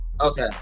okay